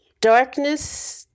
darkness